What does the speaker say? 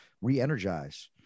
re-energize